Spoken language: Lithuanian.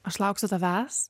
aš lauksiu tavęs